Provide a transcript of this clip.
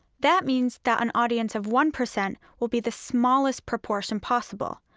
that means that an audience of one percent will be the smallest proportion possible,